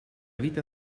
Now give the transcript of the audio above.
vita